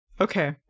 Okay